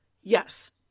Yes